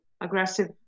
aggressive